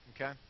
Okay